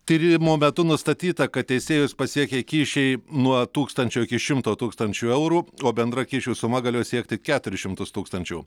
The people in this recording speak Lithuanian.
tyrimo metu nustatyta kad teisėjus pasiekė kyšiai nuo tūkstančio iki šimto tūkstančių eurų o bendra kyšių suma galėjo siekti keturis šimtus tūkstančių